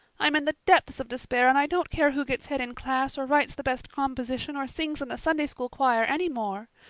i'm in the depths of despair and i don't care who gets head in class or writes the best composition or sings in the sunday-school choir any more.